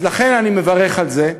אז לכן אני מברך על זה.